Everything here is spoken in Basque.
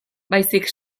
baizik